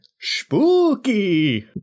Spooky